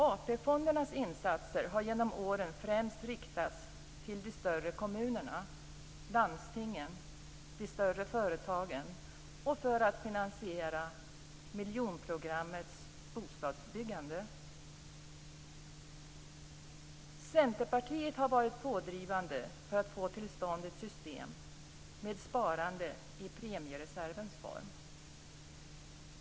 AP-fondernas insatser har genom åren främst riktats till de större kommunerna, landstingen och de större företagen och använts för att finansiera miljonprogrammets bostadsbyggande. Centerpartiet har varit pådrivande för att få till stånd ett system med sparande i premiereservens form.